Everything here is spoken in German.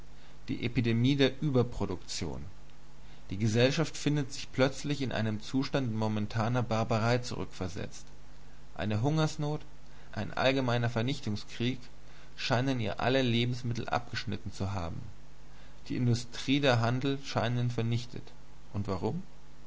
die epidemie der überproduktion die gesellschaft findet sich plötzlich in einen zustand momentaner barbarei zurückversetzt eine hungersnot ein allgemeiner vernichtungskrieg scheinen ihr alle lebensmittel abgeschnitten zu haben die industrie der handel scheinen vernichtet und warum